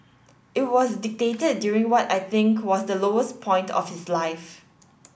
it was dictated during what I think was the lowest point of his life